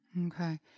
Okay